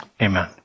amen